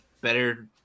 better